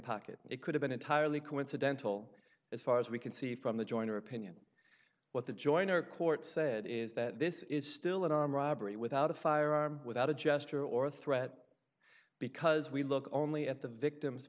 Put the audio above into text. pocket it could have been entirely coincidental as far as we can see from the joiner opinion what the joiner court said is that this is still an armed robbery without a firearm without a gesture or a threat because we look only at the victim